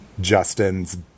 Justin's